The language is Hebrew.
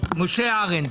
משה ארנס.